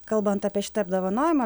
kalbant apie šitą apdovanojimą